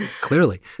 Clearly